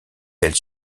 elle